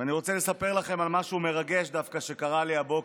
ואני רוצה לספר לכם על משהו מרגש דווקא שקרה לי הבוקר,